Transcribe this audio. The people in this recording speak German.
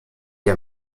der